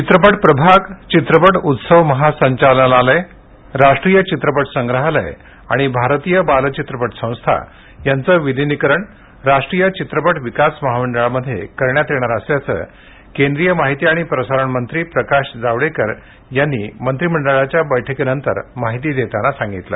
चित्रपट प्रभाग चित्रपट उत्सव महासंचालनालय राष्ट्रीय चित्रपट संग्रहालय आणि भारतीय बाल चित्रपट संस्था यांचं विलिनीकरण राष्ट्रीय चित्रपट विकास महामंडळामध्ये करण्यात येणार असल्याचं केंद्रीय माहिती आणि प्रसारण मंत्री प्रकाश जावडेकर यांनी मंत्रीमंडळाच्या बैठकीनंतर माहिती देताना सांगितलं